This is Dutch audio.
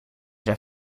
zijn